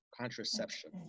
Contraception